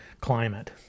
climate